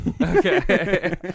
Okay